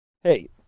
Hey